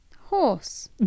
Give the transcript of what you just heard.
Horse